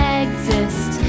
exist